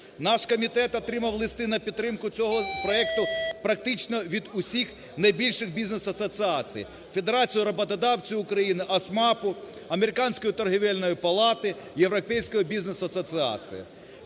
Наш комітет отримав листи на підтримку цього проекту практично від усіх найбільших бізнес-асоціацій: Федерації роботодавців України, АсМАПу, Американської торгівельної палати, Європейської Бізнес Асоціації.